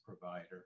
provider